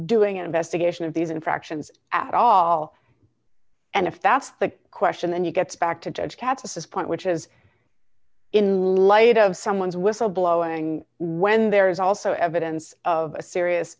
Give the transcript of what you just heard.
doing an investigation of these infractions at all and if that's the question then you get back to judge katz a says point which is in light of someone's whistle blowing when there is also evidence of a serious